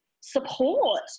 support